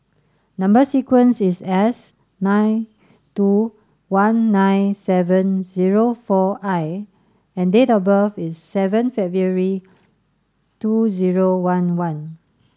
number sequence is S three two one nine seven zero four I and date of birth is seven February two zero one one